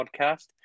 podcast